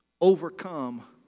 overcome